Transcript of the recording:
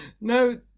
no